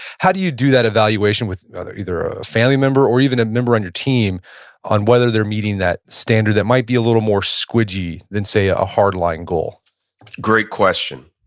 how do you do that evaluation with either a family member or even a member on your team on whether they're meeting that standard? that might be a little more squidgy than say a hard line goal great question.